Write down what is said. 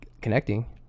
connecting